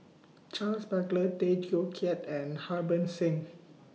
Charles Paglar Tay Teow Kiat and Harbans Singh